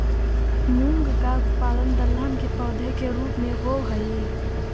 मूंग का उत्पादन दलहन के पौधे के रूप में होव हई